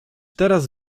teraz